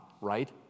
right